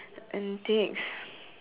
antics